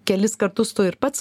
kelis kartus tu ir pats